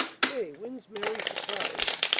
say, when's mary's surprise?